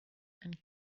and